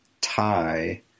tie